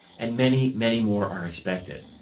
and many, many more are expected.